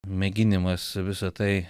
mėginimas visa tai